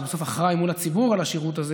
שבסוף אחראי מול הציבור על השירות הזה